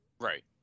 Right